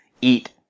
eat